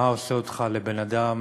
מה עושה אותך לבן-אדם